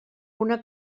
una